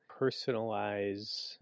personalize